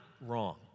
wrong